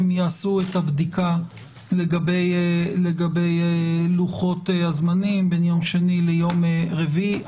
הם יעשו את הבדיקה לגבי לוחות הזמנים בין יום שני ליום רביעי.